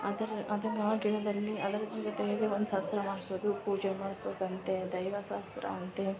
ಅದರ ಅದನ್ನು ಗಿಡದಲ್ಲಿ ಅದರ ಜೊತೆಯಲ್ಲಿ ಒಂದು ಶಾಸ್ತ್ರ ಮಾಡಿಸೋದು ಪೂಜೆ ಮಾಡಿಸೋದಂತೆ ದೈವ ಶಾಸ್ತ್ರ ಅಂತೆ